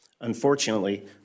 Unfortunately